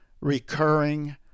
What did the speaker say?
recurring